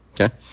Okay